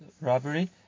robbery